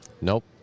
Nope